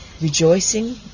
rejoicing